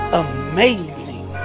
amazing